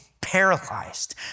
paralyzed